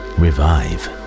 revive